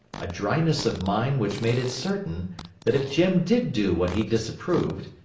a dryness of mind which made it certain that if jim did do what he disapproved,